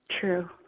True